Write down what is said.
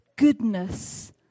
goodness